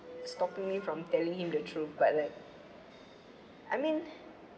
stopping me from telling him the truth but like I mean